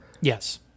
Yes